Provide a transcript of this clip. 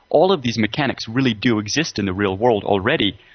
all of these mechanics really do exist in the real world already.